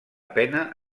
pena